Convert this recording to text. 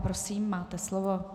Prosím, máte slovo.